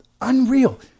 Unreal